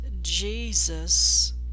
Jesus